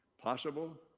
possible